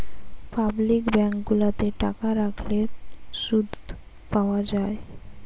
public bank গুলাতে টাকা রাখলে শুধ পাওয়া যায়